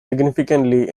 significantly